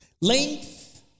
length